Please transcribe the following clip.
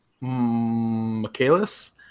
Michaelis